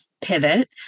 pivot